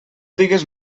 digues